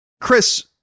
chris